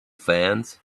fans